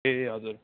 ए हजुर